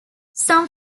some